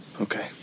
Okay